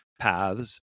paths